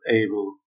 able